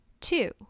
Two